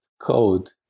code